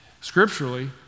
Scripturally